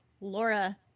Laura